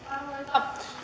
arvoisa